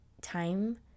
time